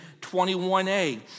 21a